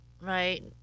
right